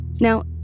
Now